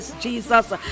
Jesus